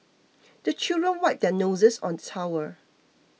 the children wipe their noses on towel